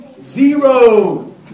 Zero